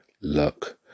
luck